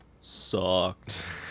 sucked